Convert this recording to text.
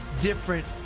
different